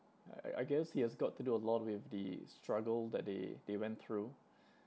I I guess it has got to do a lot with the struggle that they they went through